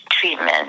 treatment